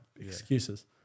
Excuses